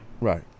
Right